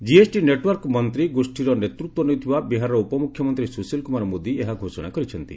GST network ମନ୍ତ୍ରୀ ଗୋଷୀର ନେତୃତ୍ୱ ନେଉଥିବା ବିହାରର ଉପମୁଖ୍ୟମନ୍ତ୍ରୀ ସୁଶୀଲ କୁମାର ମୋଦି ଏହା ଘୋଷଣା କରିଛନ୍ତି